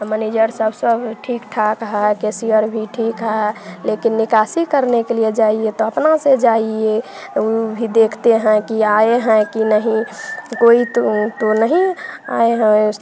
manager सब सब ठीक ठाक है कैशियर भी ठीक है लेकिन निकासी करने के लिए जाइए तो अपना से जाइए वह भी देखते हैं कि आए हैं कि नहीं कोई तो तो नहीं आए हैं